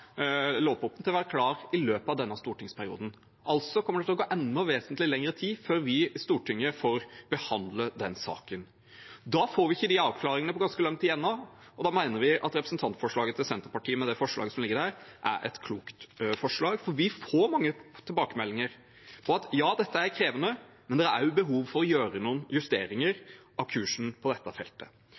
til å gå lang tid før vi i Stortinget får behandlet saken. Da får vi ikke disse avklaringene på ganske lang tid ennå, og derfor mener vi at representantforslaget til Senterpartiet, med det forslaget som ligger der, er et klokt forslag. Vi får mange tilbakemeldinger på at dette er krevende, men det er også behov for å gjøre noen justeringer av kursen på dette feltet.